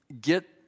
get